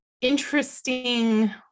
interesting